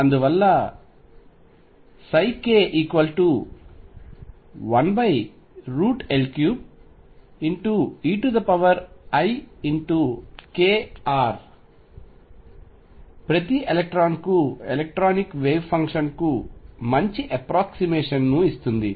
అందువల్ల k1L3 eikr ప్రతి ఎలక్ట్రాన్కు ఎలక్ట్రానిక్ వేవ్ ఫంక్షన్ కు మంచి అప్రాక్సీమేషన్ ను ఇస్తుంది